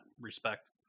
respect